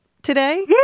today